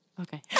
Okay